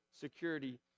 security